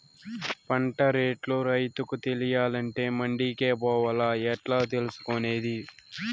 పంట రేట్లు రైతుకు తెలియాలంటే మండి కే పోవాలా? ఎట్లా తెలుసుకొనేది?